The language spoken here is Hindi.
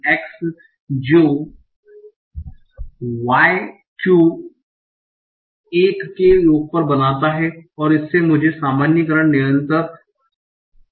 x जो y to 1 के योग पर बनाता है और इससे मुझे नार्मलाइजेशन कोंस्टंट मिलता है